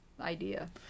idea